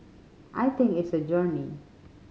I think it's a journey